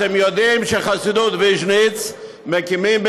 אתם יודעים שחסידות ויז'ניץ מקימים עכשיו